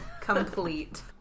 complete